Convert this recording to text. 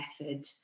method